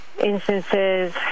instances